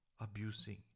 abusing